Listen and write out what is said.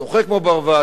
שוחה כמו ברווז,